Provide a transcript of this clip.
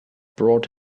brought